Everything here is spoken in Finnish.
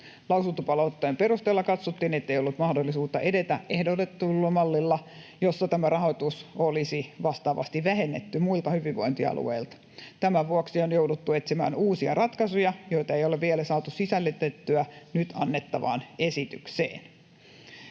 Lausuntopalautteen perusteella katsottiin, ettei ollut mahdollisuutta edetä ehdotetulla mallilla, jossa tämä rahoitus olisi vastaavasti vähennetty muilta hyvinvointialueilta. Tämän vuoksi on jouduttu etsimään uusia ratkaisuja, joita ei ole vielä saatu sisällytettyä nyt annettavaan esitykseen.